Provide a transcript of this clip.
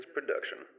Production